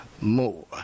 more